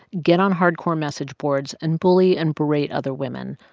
get on hardcore message boards and bully and berate other women,